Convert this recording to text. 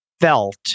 felt